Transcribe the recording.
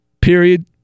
Period